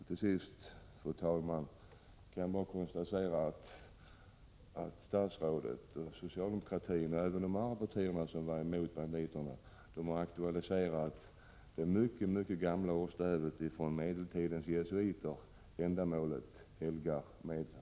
Jag kan, fru talman, bara konstatera att statsrådet och socialdemokratin har aktualiserat det gamla ordspråket från medeltidens jesuiter: ändamålet helgar medlen.